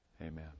amen